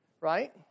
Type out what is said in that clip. right